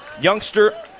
youngster